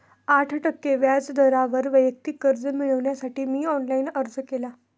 आठ टक्के व्याज दरावर वैयक्तिक कर्ज मिळविण्यासाठी मी ऑनलाइन अर्ज केला